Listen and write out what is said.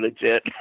legit